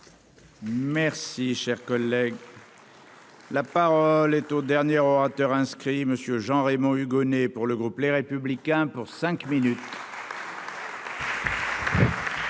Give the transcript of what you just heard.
Merci, cher collègue. La parole est au dernier orateur inscrit monsieur Jean-Raymond Hugonet pour le groupe Les Républicains pour cinq minutes.